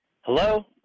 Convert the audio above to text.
Hello